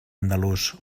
andalús